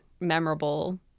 memorable